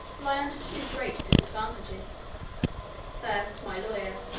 lie under two great disadvantages first, my lawyer,